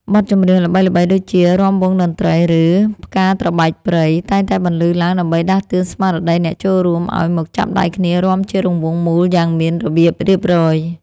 បទចម្រៀងល្បីៗដូចជា រាំវង់តន្ត្រី ឬ ផ្កាត្របែកព្រៃ តែងតែបន្លឺឡើងដើម្បីដាស់តឿនស្មារតីអ្នកចូលរួមឱ្យមកចាប់ដៃគ្នារាំជារង្វង់មូលយ៉ាងមានរបៀបរៀបរយ។